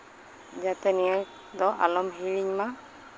ᱡᱟᱛᱮ ᱱᱤᱭᱟᱹ ᱫᱚ ᱟᱞᱚᱢ ᱦᱤᱲᱤᱧ ᱢᱟ